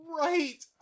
right